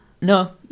no